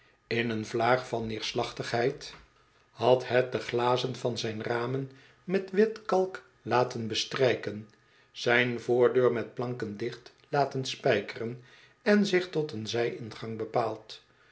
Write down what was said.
in een vlaag van neerslachtigheid eek reiziger die geen handel drupt had het de glazen van zijne ramen met witkalk dicht laten bestrijken zijn voordeur met planken dicht laten spijkeren en zich tot een zij ingang bepaald